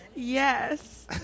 Yes